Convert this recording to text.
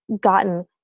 gotten